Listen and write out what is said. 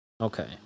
Okay